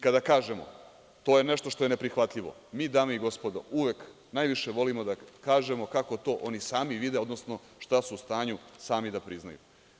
Kada kažemo - to je nešto što je neprihvatljivo, mi, dame i gospodo, uvek najviše volimo da kažemo kako to oni sami vide, odnosno šta su u stanju sami da priznaju.